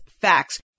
Facts